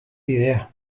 bidea